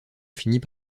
finit